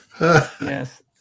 Yes